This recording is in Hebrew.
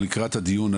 לקראת הדיון,